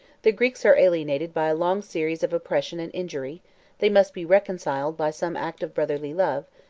the greeks are alienated by a long series of oppression and injury they must be reconciled by some act of brotherly love,